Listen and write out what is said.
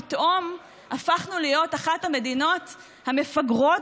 פתאום הפכנו להיות אחת המדינות המפגרות